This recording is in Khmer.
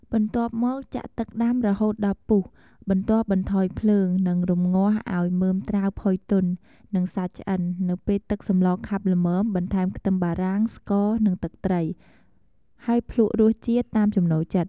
បន្ទាប់មក ចាក់ទឹកដាំរហូតដល់ពុះ បន្ទាប់បន្ថយភ្លើង និងរម្ងាស់ឱ្យមើមត្រាវផុយទន់ និងសាច់ឆ្អិន នៅពេលទឹកសម្លខាប់ល្មម បន្ថែមខ្ទឹមបារាំង ស្ករ និងទឹកត្រី ហើយភ្លក្សរសជាតិតាមចំណូលចិត្ត។